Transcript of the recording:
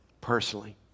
Personally